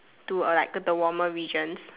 to a like the warmer regions